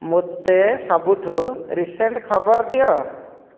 ମୋତେ ସବୁଠୁ ରିସେଣ୍ଟ୍ ଖବର ଦିଅ